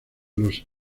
los